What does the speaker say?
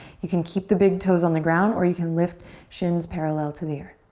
you can keep the big toes on the ground or you can lift shins parallel to the earth.